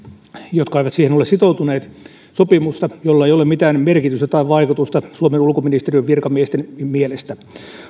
jotka eivät siihen ole sitoutuneet sopimusta jolla ei ole mitään merkitystä tai vaikutusta suomen ulkoministeriön virkamiesten mielestä